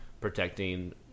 protecting